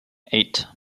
eight